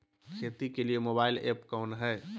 खेती के लिए मोबाइल ऐप कौन है?